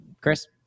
Chris